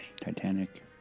Titanic